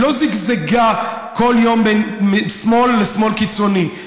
היא לא זגזגה כל יום בין שמאל לשמאל קיצוני.